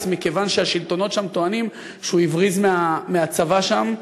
מכיוון שהשלטונות שם טוענים שהוא הבריז מהצבא שם.